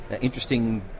interesting